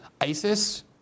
ISIS